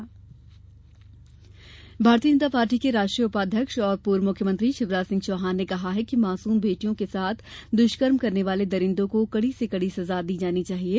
Shivraj Bharatiya Janata party के राष्ट्रीय उपाध्यक्ष और पूर्व मुख्यमंत्री शिवराज सिंह चौहान ने कहा है कि मासुम बेटियों के साथ दृष्कर्म करने वाले दरिंदों को कडी से कडी सजा दी जानी चाहिये